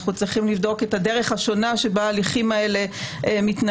אנחנו צריכים לבדוק את הדרך השונה שבה ההליכים האלה מתנהלים,